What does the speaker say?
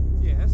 Yes